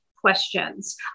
questions